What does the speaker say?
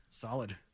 Solid